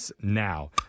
now